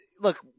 look